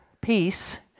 peace